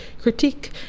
critique